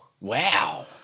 Wow